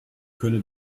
könne